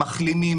מחלימים,